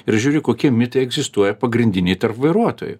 ir žiūriu kokie mitai egzistuoja pagrindiniai tarp vairuotojų